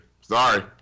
Sorry